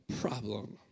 problem